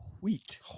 wheat